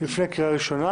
התש"ף 2020 לא אושרה.